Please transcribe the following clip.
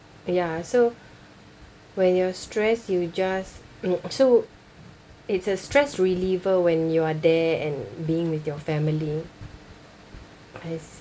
ya so when you're stress you just mm so it's a stress reliever when you are there and being with your family I see